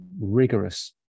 rigorous